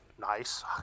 Nice